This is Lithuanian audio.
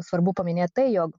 svarbu paminėt tai jog